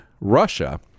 russia